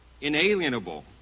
inalienable